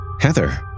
Heather